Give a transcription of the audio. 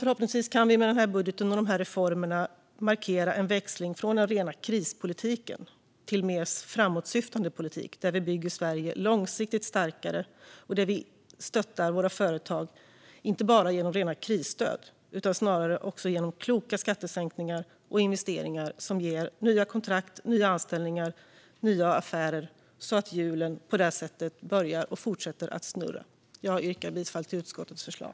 Förhoppningsvis kan vi med denna budget och dessa reformer markera en växling från den rena krispolitiken till mer framåtsyftande politik där vi bygger Sverige långsiktigt starkare och där vi stöttar våra företag inte bara genom rena krisstöd utan snarare genom kloka skattesänkningar och investeringar som ger nya kontrakt, nya anställningar och nya affärer så att hjulen på det sättet börjar och fortsätter att snurra. Jag yrkar bifall till utskottets förslag.